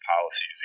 policies